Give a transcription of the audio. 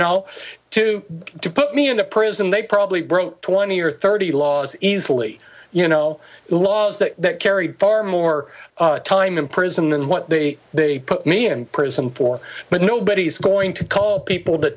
know to to put me in a prison they probably broke twenty or thirty laws easily you know laws that carry far more time in prison and what they they put me in prison for but nobody's going to call people to